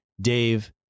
Dave